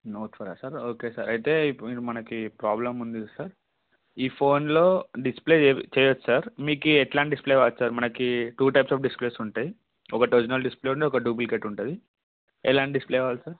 note ఫోరా sir okay sir అయితే ఇప్పుడు మనకి ప్రాబ్లెమ్ ఉంది కద సార్ ఈ ఫోనులో డిస్ప్లే చెయ్యచ్చు సార్ మీకు ఎలాంటి డిస్ప్లే కావాలి సార్ మనకి టూ టైప్స్ ఆఫ్ డిస్ప్లేస్ ఉంటాయి ఒకటి ఒరిజినల్ డిస్ప్లే ఉంది ఒకటి డూప్లికేట్ ఉంటుంది ఎలాంటి డిస్ప్లే కావాలి సార్